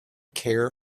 care